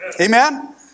amen